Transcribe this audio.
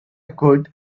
could